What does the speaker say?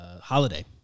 Holiday